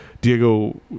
Diego